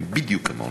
אתם בדיוק כמונו.